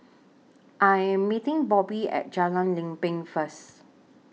I Am meeting Bobby At Jalan Lempeng First